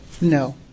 No